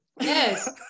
Yes